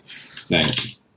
Thanks